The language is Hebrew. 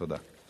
תודה.